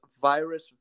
virus